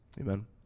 Amen